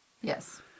Yes